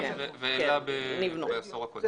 נכון, נבנו.